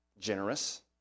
generous